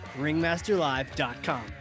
Ringmasterlive.com